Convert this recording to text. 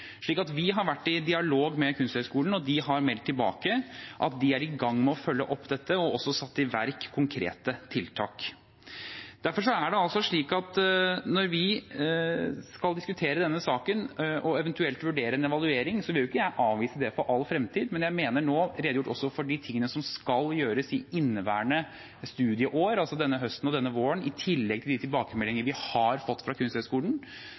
Vi har vært i dialog med Kunsthøgskolen, og de har meldt tilbake at de er i gang med å følge opp dette og også har satt i verk konkrete tiltak. Derfor er det slik at når vi skal diskutere denne saken og eventuelt vurdere en evaluering, vil ikke jeg avvise det for all fremtid, men jeg mener nå å ha redegjort også for de tingene som skal gjøres i inneværende studieår, altså denne høsten og denne våren, i tillegg til de tilbakemeldinger vi har fått fra Kunsthøgskolen.